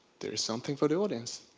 there is something for the audience.